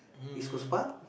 East Coast Park